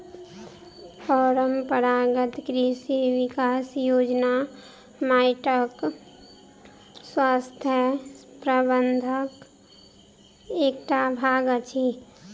परंपरागत कृषि विकास योजना माइटक स्वास्थ्य प्रबंधनक एकटा भाग अछि